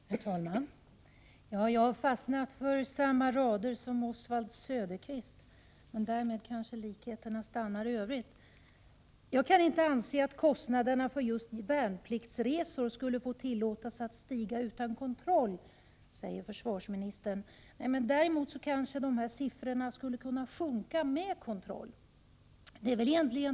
Herr talman! Jag har fastnat för samma rader som Oswald Söderqvist, men därmed kanske likheterna upphör. Jag kan inte anse att kostnaderna för just värnpliktsresor skulle få tillåtas att stiga utan kontroll, säger försvarsministern. Men de här siffrorna skulle kanske tvärtom kunna sjunka med kontroll.